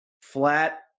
flat